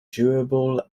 durable